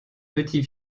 petit